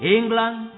England